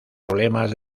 problemas